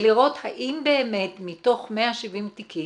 ולראות האם באמת מתוך 170 תיקים,